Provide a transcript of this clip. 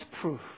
proof